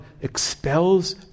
expels